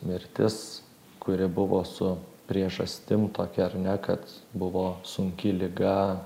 mirtis kuri buvo su priežastim tokia ar ne kad buvo sunki liga